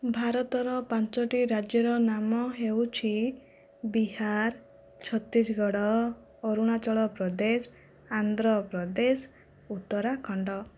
ଭାରତର ପାଞ୍ଚଟି ରାଜ୍ୟର ନାମ ହେଉଛି ବିହାର ଛତିଶଗଡ଼ ଅରୁଣାଚଳପ୍ରଦେଶ ଆନ୍ଧ୍ରପ୍ରଦେଶ ଉତ୍ତରାଖଣ୍ଡ